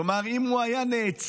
כלומר, אם הוא היה נעצר,